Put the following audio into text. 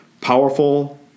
powerful